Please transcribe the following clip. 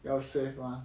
well save 完